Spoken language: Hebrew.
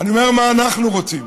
אני אומר מה אנחנו רוצים.